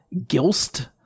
Gilst